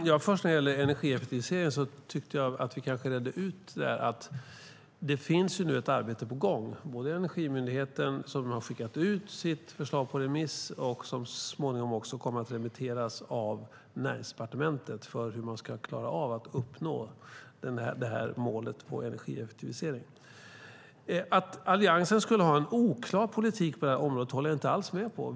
Herr talman! När det gäller energieffektivisering tyckte jag att vi redde ut det hela. Det finns nu ett arbete på gång hos Energimyndigheten, som har skickat ut sitt förslag på remiss. Det kommer så småningom också att remitteras av Näringsdepartementet, och det handlar alltså om hur man ska klara av att uppnå målet för energieffektivisering. Att Alliansen skulle ha en oklar politik på området håller jag inte alls med om.